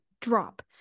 drop